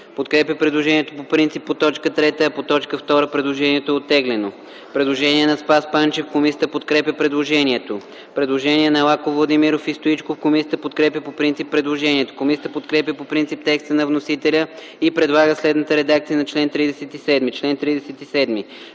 подкрепя предложението по т. 1 и го подкрепя по т. 2. Предложение на Спас Панчев. Комисията подкрепя предложението. Предложение на Лаков, Владимиров и Стоичков. Комисията подкрепя по принцип предложението. Комисията подкрепя по принцип текста на вносителя и предлага следната редакция на чл. 39: